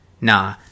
nah